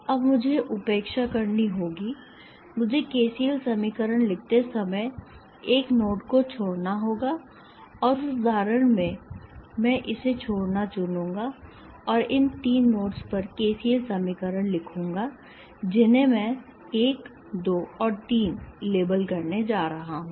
अब मुझे उपेक्षा करनी होगी मुझे केसीएल समीकरण लिखते समय एक नोड को छोड़ना होगा और इस उदाहरण में मैं इसे छोड़ना चुनूंगा और इन तीन नोड्स पर केसीएल समीकरण लिखूंगा जिन्हें मैं 1 2 और 3 लेबल करने जा रहा हूं